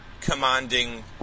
commanding